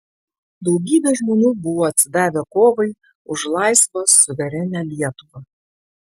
daugybė žmonių buvo atsidavę kovai už laisvą suverenią lietuvą